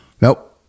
Nope